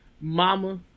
Mama